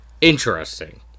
interesting